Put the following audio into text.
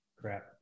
Crap